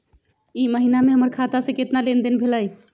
ई महीना में हमर खाता से केतना लेनदेन भेलइ?